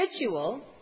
ritual